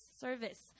service